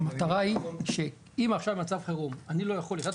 המטרה היא שאם עכשיו במצב חירום יחידת